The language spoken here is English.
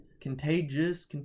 Contagious